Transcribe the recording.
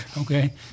okay